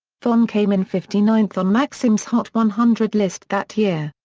vonn came in fifty ninth on maxim's hot one hundred list that year.